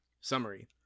Summary